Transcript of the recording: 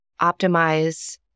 optimize